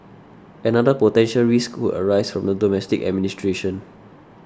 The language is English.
another potential risk could arise from the domestic administration